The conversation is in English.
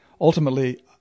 ultimately